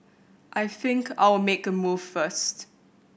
I think I'll make a move first